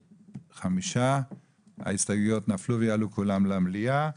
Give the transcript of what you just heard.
5. הצבעה לא אושר ההסתייגויות נפלו ויעלו כולן למליאה.